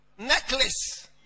Necklace